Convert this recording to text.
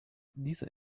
diese